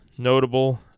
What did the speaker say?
Notable